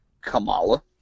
Kamala